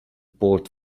port